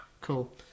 Cool